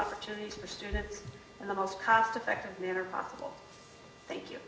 opportunities for students in the most cost effective manner possible thank you